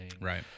Right